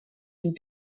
une